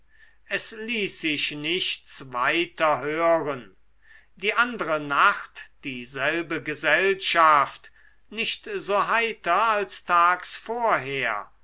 es ließ sich nichts weiter hören die andre nacht dieselbe gesellschaft nicht so heiter als tags vorher